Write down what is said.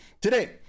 Today